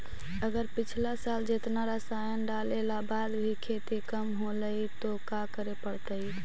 अगर पिछला साल जेतना रासायन डालेला बाद भी खेती कम होलइ तो का करे पड़तई?